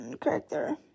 character